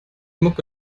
mucke